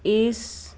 ਇਸ